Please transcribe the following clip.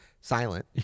silent